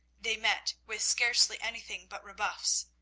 they met with scarcely anything but rebuffs,